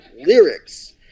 lyrics